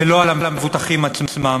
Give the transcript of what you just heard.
ולא על המבוטחים עצמם.